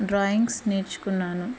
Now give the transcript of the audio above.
drawings నేర్చుకున్నాను